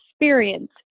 experience